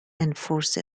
enforce